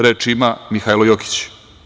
Reč ima Mihailo Jokić.